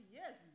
yes